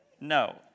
No